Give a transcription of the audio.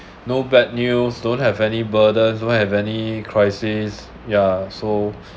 no bad news don't have any burden don't have any crisis ya so